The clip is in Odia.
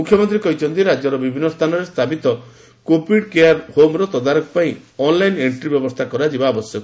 ମୁଖ୍ୟମନ୍ତୀ କହିଛନ୍ତି ରାକ୍ୟର ବିଭିନ୍ନ ସ୍ଚାନରେ ସ୍ଚାପିତ କୋଭିଡ୍ କେୟାର ହୋମ୍ ର ତଦାରଖ ପାଇଁ ଅନଲାଇନ୍ ଏଣ୍ରି ବ୍ୟବସ୍ଷା କରାଯିବା ଆବଶ୍ୟକ